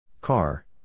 Car